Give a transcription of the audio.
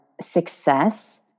success